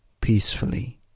peacefully